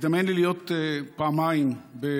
הזדמן לי להיות פעמיים באתיופיה,